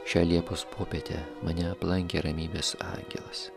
šią liepos popietę mane aplankė ramybės angelas